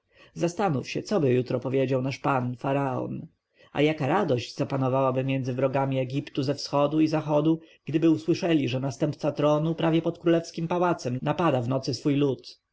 zastanów się coby jutro powiedział nasz pan faraon a jaka radość zapanowałaby między wrogami egiptu ze wschodu i zachodu gdyby usłyszeli że następca tronu prawie pod królewskim pałacem napada w nocy swój lud